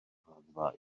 raddfa